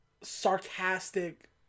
sarcastic